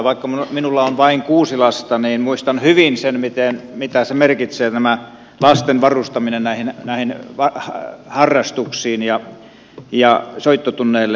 vaikka minulla on vain kuusi lasta niin muistan hyvin sen mitä merkitsee tämä lasten varustaminen näihin harrastuksiin soittotunneille ja niin edelleen